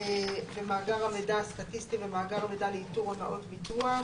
מאגר המידע הסטטיסטי ומאגר המידע לאיתור הונאות ביטוח,